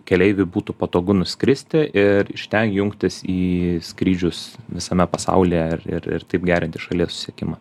keleiviui būtų patogu nuskristi ir iš ten jungtis į skrydžius visame pasaulyje ir ir ir taip gerinti šalies susisiekimą